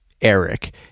Eric